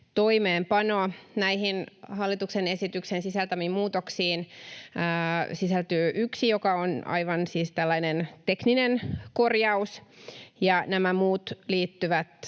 toimeenpano. Näihin hallituksen esityksen sisältämiin muutoksiin sisältyy yksi, joka on siis aivan tällainen tekninen korjaus, ja nämä muut liittyvät